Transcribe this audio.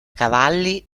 cavalli